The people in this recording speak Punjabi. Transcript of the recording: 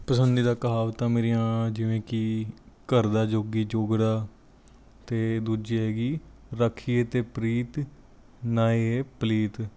ਪਸੰਦੀਦਾ ਕਹਾਵਤਾਂ ਮੇਰੀਆਂ ਜਿਵੇਂ ਕਿ ਘਰ ਦਾ ਜੋਗੀ ਜੋਗੜਾ ਅਤੇ ਦੂਜੀ ਹੈਗੀ ਰਾਖੀਏ ਤਾਂ ਪ੍ਰੀਤ ਨਾ ਹੀ ਇਹ ਪਲੀਤ